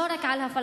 לא רק על הפלסטינים,